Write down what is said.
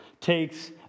takes